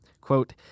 Quote